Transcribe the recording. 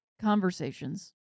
conversations